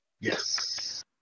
Yes